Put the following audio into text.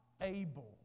able